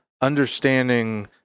understanding